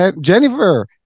Jennifer